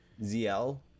ZL